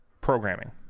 programming